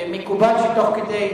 ומקובל שתוך כדי,